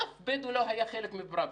אף בדואי לא היה חלק מוועדת פראוור.